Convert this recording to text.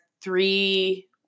three